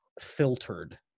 filtered